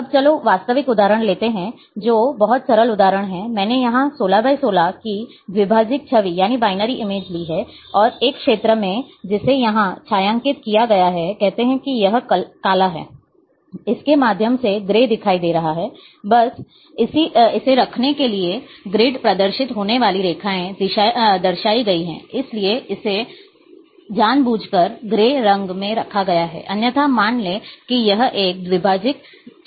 अब चलो वास्तविक उदाहरण लेते हैं जो बहुत सरल उदाहरण है मैंने यहां 16 X 16 की द्विभाजिक छवि ली है और एक क्षेत्र में जिसे यहां छायांकित किया गया है कहते हैं कि यह काला है इसके माध्यम से ग्रे दिखाई दे रहा है बस इसे रखने के लिए ग्रिड प्रदर्शित होने वाली रेखाएं दर्शाई गई है इसलिए इसे जानबूझकर ग्रे रंग में रखा गया है अन्यथा मान लें कि यह एक द्विभाजिक छवि है